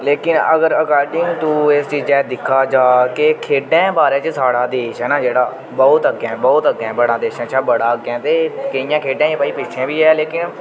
लेकिन अगर according to इस चीजा गी दिक्खा जा के खेढें बारे च साढ़ा देश ऐ न जेह्ड़ा बहुत अग्गें बहुत अग्गें बड़ा देशें शा बड़ा अग्गें ते केइयें खेढें भई पिच्छैं बी ऐ लेकिन